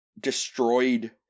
destroyed